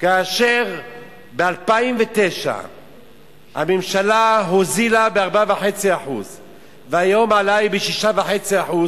כאשר ב-2009 הממשלה הוזילה ב-4.5% והיום ההעלאה היא ב-6.5%,